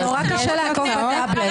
נורא קשה לעקוב בטאבלט.